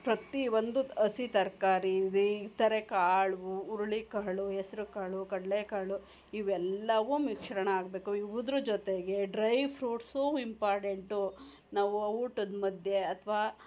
ಪ್ರತಿ ಒಂದು ಹಸಿ ತರಕಾರಿ ಈ ಇತರೆ ಕಾಳು ಹುರುಳಿ ಕಾಳು ಹೆಸ್ರು ಕಾಳು ಕಡಲೆ ಕಾಳು ಇವೆಲ್ಲವೂ ಮಿಶ್ರಣ ಆಗಬೇಕು ಇದ್ರು ಜೊತೆಗೆ ಡ್ರೈ ಫ್ರೂಟ್ಸು ಇಂಪಾರ್ಡೆಂಟು ನಾವು ಊಟದ ಮಧ್ಯೆ ಅಥ್ವಾ